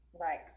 Right